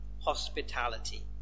hospitality